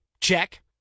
check